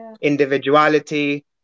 individuality